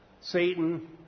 Satan